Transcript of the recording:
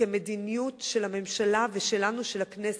כמדיניות של הממשלה ושלנו, של הכנסת,